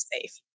safe